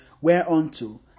whereunto